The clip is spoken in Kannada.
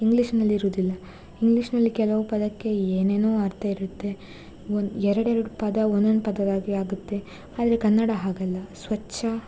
ಇಂಗ್ಲೀಷಿನಲ್ಲಿರುವುದಿಲ್ಲ ಇಂಗ್ಲೀಷಿನಲ್ಲಿ ಕೆಲವು ಪದಕ್ಕೆ ಏನೇನೋ ಅರ್ಥ ಇರುತ್ತೆ ಒಂದು ಎರಡೆರಡು ಪದ ಒಂದೊಂದು ಪದವಾಗಿ ಆಗುತ್ತೆ ಆದರೆ ಕನ್ನಡ ಹಾಗಲ್ಲ ಸ್ವಚ್ಛ